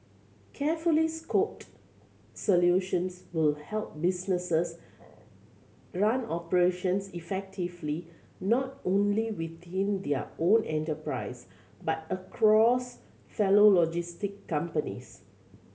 carefully scoped solutions will help businesses run operations effectively not only within their own enterprise but across fellow logistics companies